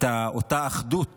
אותה אחדות